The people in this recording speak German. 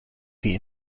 wie